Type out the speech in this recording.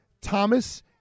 Thomas